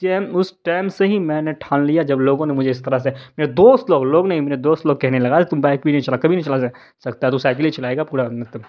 team اس team سے ہی میں نے ٹھان لیا جب لوگوں نے مجھے اس طرح سے میرے دوست لوگ لوگ نہیں میرے دوست لوگ کہنے لگا تم بائک بھی نہیں چلا کبھی نہیں چلا سکتا تو سائکل ہی چلائے گا پورا مطلب